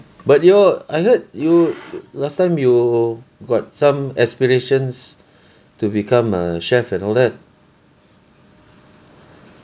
but your I heard you last time you got some aspirations to become a chef and all that